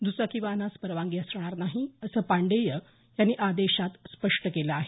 द्चाकी वाहनास परवानगी असणार नाही असं पांडेय यांनी आदेशात स्पष्ट केलं आहे